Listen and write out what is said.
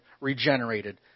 regenerated